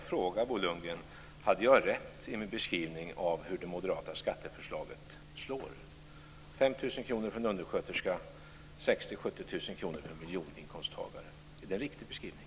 Fru talman! Hade jag rätt i min beskrivning av hur det moderata skatteförslaget slår, Bo Lundgren? 5 000 kr för en undersköterska och 60 000-70 000 kr för en miljoninkomsttagare. Är det en riktig beskrivning?